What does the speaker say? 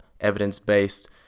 evidence-based